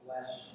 Bless